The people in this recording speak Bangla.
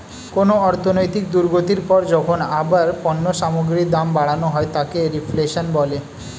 কোনো অর্থনৈতিক দুর্গতির পর যখন আবার পণ্য সামগ্রীর দাম বাড়ানো হয় তাকে রিফ্লেশন বলে